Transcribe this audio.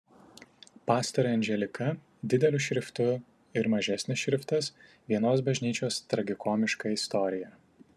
pastorė anželika dideliu šriftu ir mažesnis šriftas vienos bažnyčios tragikomiška istorija